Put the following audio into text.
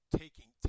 taking